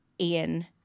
Ian